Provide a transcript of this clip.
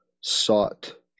sought